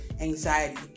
anxiety